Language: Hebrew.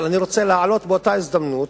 אבל אני רוצה להעלות באותה הזדמנות,